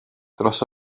dros